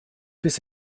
bis